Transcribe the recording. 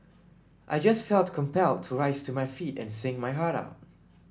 I just felt compelled to rise to my feet and sing my heart out